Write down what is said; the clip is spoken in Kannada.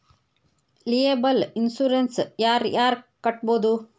ಲಿಯೆಬಲ್ ಇನ್ಸುರೆನ್ಸ ಯಾರ್ ಯಾರ್ ಕಟ್ಬೊದು